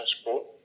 sport